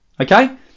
okay